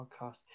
podcast